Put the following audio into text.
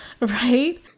right